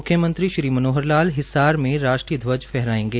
म्ख्यमंत्री मनोहर लाल हिसार में राष्ट्रीय ध्वज फहरायेंगे